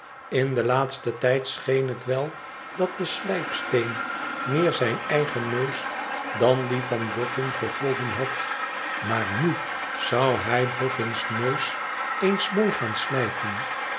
in den laatsten tijd scheen het wel dat de slijpsteen meer zijn eigen neus dan dien van bofn gegolden had maar nu zou hij boffin's neus eens mooi gaan slijpen